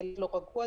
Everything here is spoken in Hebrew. ילד לא רגוע,